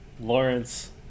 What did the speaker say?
Lawrence